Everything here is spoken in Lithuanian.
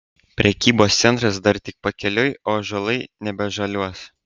prekybos centras dar tik pakeliui o ąžuolai nebežaliuos